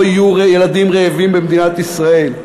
לא יהיו ילדים רעבים במדינת ישראל.